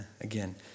again